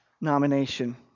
nomination